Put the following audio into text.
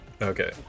Okay